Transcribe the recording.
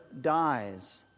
dies